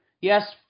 yes